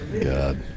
God